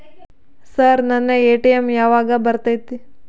Sir ನನ್ನ ATM ಯಾವಾಗ ಬರತೈತಿ?